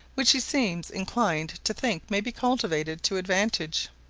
which he seems inclined to think may be cultivated to advantage.